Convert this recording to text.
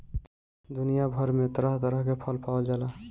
दुनिया भर में तरह तरह के फल पावल जाला